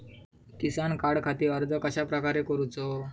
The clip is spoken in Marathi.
किसान कार्डखाती अर्ज कश्याप्रकारे करूचो?